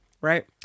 Right